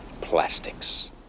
Plastics